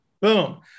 Boom